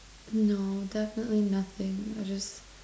no definitely nothing I just